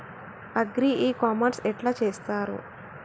Agri e commerce ఎట్ల చేస్తరు?